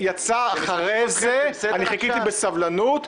אני חיכיתי בסבלנות,